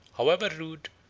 however rude,